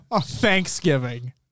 Thanksgiving